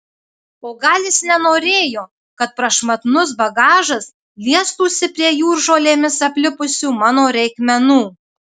o gal jis nenorėjo kad prašmatnus bagažas liestųsi prie jūržolėmis aplipusių mano reikmenų